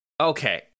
okay